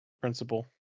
principle